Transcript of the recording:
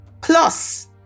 plus